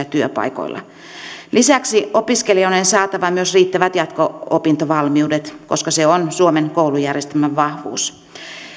työpaikoilla lisäksi opiskelijoiden on saatava riittävät jatko opintovalmiudet koska se on suomen koulujärjestelmän vahvuus